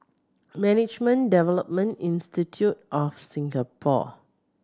Management Development Institute of Singapore